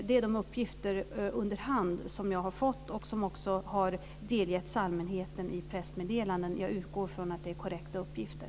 Det är de uppgifter som jag har fått under hand, och de har också delgetts allmänheten i pressmeddelanden. Jag utgår från att det är korrekta uppgifter.